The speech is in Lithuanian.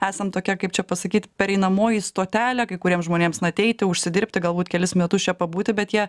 esam tokia kaip čia pasakyti pereinamoji stotelė kai kuriems žmonėms na ateiti užsidirbti galbūt kelis metus čia pabūti bet jie